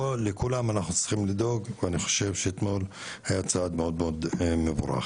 לכולם אנחנו צריכים לדאוג ואני חושב שאתמול היה צעד מאוד מאוד מבורך.